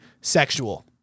sexual